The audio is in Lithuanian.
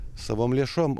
savom lėšom